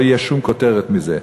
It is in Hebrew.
לא תהיה שום כותרת מזה,